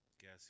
Guess